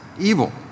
evil